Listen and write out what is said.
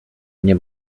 mnie